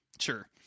Sure